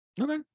Okay